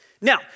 Now